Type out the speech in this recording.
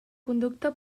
conducta